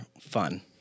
fun